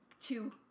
two